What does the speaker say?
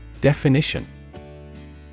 Definition